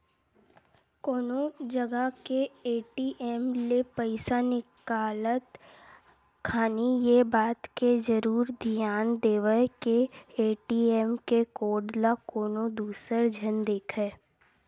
कोनो जगा के ए.टी.एम ले पइसा निकालत खानी ये बात के जरुर धियान देवय के ए.टी.एम के कोड ल कोनो दूसर झन देखय